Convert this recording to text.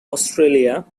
australia